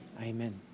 Amen